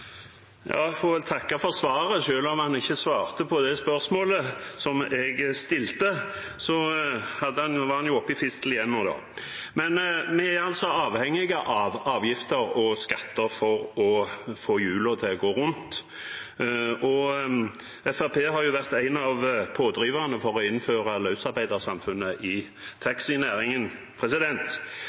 får vel takke for svaret. Selv om representanten ikke svarte på det spørsmålet jeg stilte, var han oppe i fistel igjen. Vi er avhengige av avgifter og skatter for å få hjulene til å gå rundt, og Fremskrittspartiet har vært en av pådriverne for å innføre løsarbeidersamfunnet i taxinæringen.